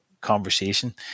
conversation